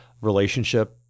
relationship